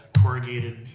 corrugated